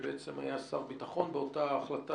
שבעצם היה שר ביטחון באותה החלטה,